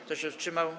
Kto się wstrzymał?